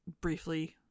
briefly